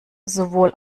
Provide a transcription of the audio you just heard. sowohl